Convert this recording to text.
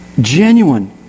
genuine